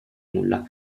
nulla